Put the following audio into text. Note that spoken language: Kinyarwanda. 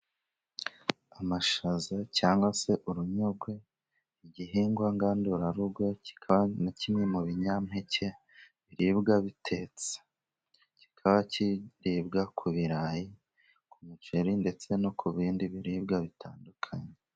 Amashaza cyangwa se urunyogwe, n'igihingwa ngandurarugo, kikaba na kimwe mu binyampeke biribwa bitetse, kika kiribwa; ku birarayi, ku muceri ,ndetse no ku bindi biribwa bitandukanye.